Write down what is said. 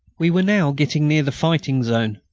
we were now getting near the fighting zone,